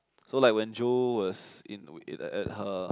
so like when Jo was in at her